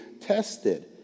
tested